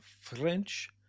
French